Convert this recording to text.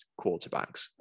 quarterbacks